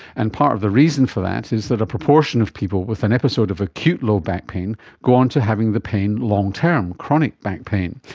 and part of the reason for that is that a proportion of people with an episode of acute low back pain go on to having the pain long-term, chronic back pain.